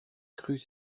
crut